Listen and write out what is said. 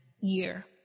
year